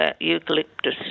eucalyptus